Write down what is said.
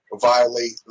violate